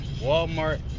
Walmart